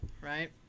Right